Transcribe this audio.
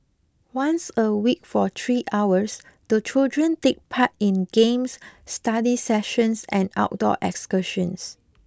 once a week for three hours the children take part in games study sessions and outdoor excursions